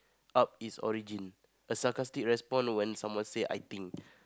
up its origin a sarcastic respond when someone say I think